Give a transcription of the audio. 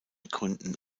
gründen